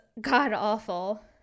god-awful